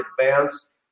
advanced